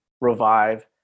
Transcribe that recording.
revive